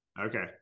okay